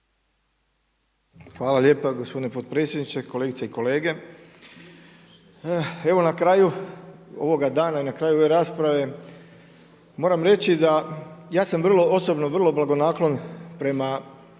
Hvala lijepa gospodine potpredsjedniče, kolegice i kolege. Evo na kraju ovoga dana i na kraju ove rasprave moram reći da ja sam vrlo osobno, vrlo blagonaklon prema